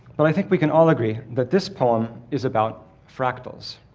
but i think we can all agree that this poem is about fractals.